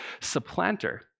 supplanter